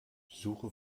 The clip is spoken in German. suche